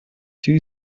two